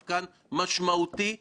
כשלו פה ברשות התחרות.